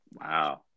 Wow